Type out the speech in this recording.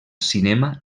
cinema